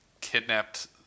kidnapped